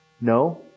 No